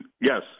Yes